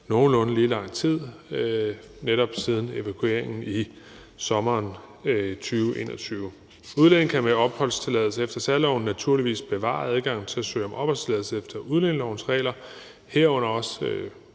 nogenlunde lige lang tid, netop siden evakueringen i sommeren 2021. Udlændinge kan med opholdstilladelse efter særloven naturligvis bevare adgangen til at søge om opholdstilladelse efter udlændingelovens